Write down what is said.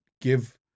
give